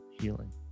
healing